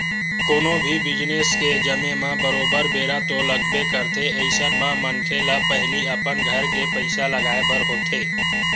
कोनो भी बिजनेस के जमें म बरोबर बेरा तो लगबे करथे अइसन म मनखे ल पहिली अपन घर के पइसा लगाय बर होथे